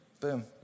Boom